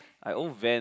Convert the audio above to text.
I owe van